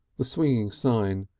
the swinging sign,